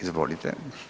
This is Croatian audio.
Izvolite.